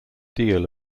deal